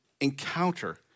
encounter